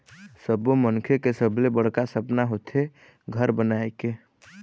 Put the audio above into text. सब्बो मनखे के सबले बड़का सपना होथे घर बनाए के